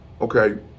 Okay